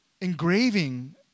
engraving